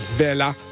Vela